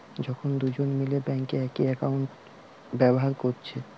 যখন দুজন মিলে বেঙ্কে একই একাউন্ট ব্যাভার কোরছে